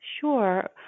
Sure